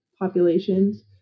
populations